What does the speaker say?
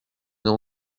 n’ai